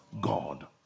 god